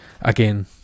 again